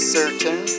certain